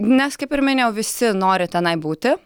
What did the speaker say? nes kaip ir minėjau visi nori tenai būti